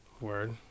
Word